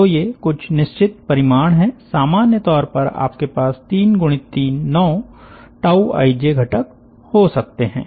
तो ये कुछ निश्चित परिमाण हैं सामान्य तौर पर आपके पास ३ गुणित ३ ९ ij घटक हो सकते हैं